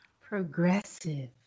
progressive